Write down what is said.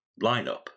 lineup